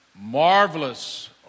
marvelous